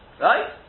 Right